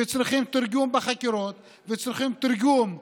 וצריכים תרגום בחקירות,